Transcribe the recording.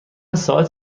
ساعت